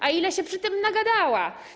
A ile się przy tym nagadała.